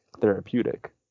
therapeutic